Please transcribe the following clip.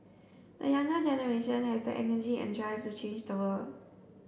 the younger generation has the energy and drive to change the world